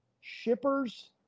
Shippers